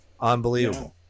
Unbelievable